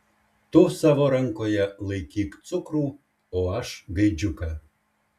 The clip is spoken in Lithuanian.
tu savo rankoje laikyk cukrų o aš gaidžiuką